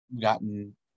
gotten